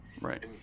Right